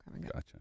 Gotcha